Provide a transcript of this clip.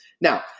Now